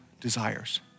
desires